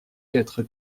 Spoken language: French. être